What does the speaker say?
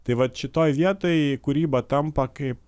tai vat šitoj vietoj kūryba tampa kaip